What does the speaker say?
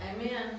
Amen